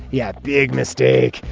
yeah, a big mistake!